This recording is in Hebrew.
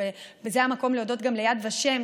וזה המקום להודות ליד ושם,